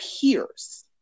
peers